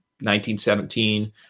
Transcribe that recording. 1917